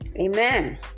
Amen